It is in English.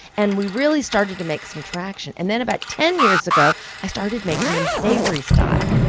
and we really started to make some traction. and then about ten years ago, i started making them savory style.